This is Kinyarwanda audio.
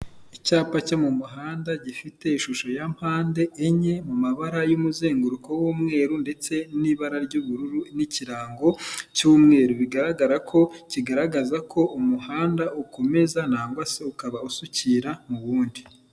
Icyapa cyo mu muhanda gifite ishusho ya mpande enye mu mabara y'umuzenguruko w'umweru, ndetse n'ibara ry'ubururu n'ikirango cy'umweru bigaragara ko kigaragaza ko umuhanda ukomeza nangwa se ukaba usukira mu wundi.